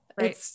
Right